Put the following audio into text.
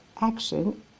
action